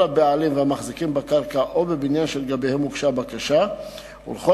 לכל הבעלים והמחזיקים בקרקע או בבניין שלגביהם הוגשה הבקשה ולכל